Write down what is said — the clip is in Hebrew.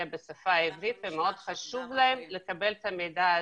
בשפה העברית ומאוד חשוב להם לקבל את המידע הזה,